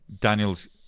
Daniel's